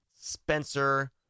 Spencer